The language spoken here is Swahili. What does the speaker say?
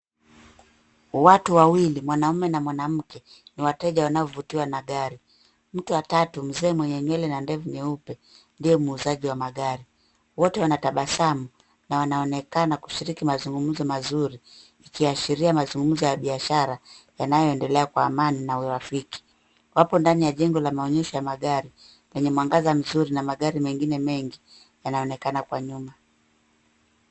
Hii ni picha ya watu wawili, mwanaume na mwanamke, ambao ni wateja wakiwa karibu na gari. Mtu wa tatu ni mzee mwenye nywele nyeupe, anaonekana ni dereva au muuzaji wa magari. Wote wanatabasamu na wanaonekana wakifanya mazungumzo mazuri, yakionyesha mazungumzo ya kibiashara yenye amani na urafiki. Katika nyuma kuna mabango yenye matangazo ya magari na magari mengi yamepakiwa, yakionyesha eneo la biashara ya magari.